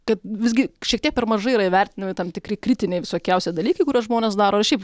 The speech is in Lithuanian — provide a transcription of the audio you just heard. kad visgi šiek tiek per mažai yra įvertinami tam tikri kritiniai visokiausi dalykai kuriuos žmonės daro ir šiaip